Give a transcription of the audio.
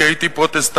כי הייתי פרוטסטנטי.